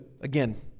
again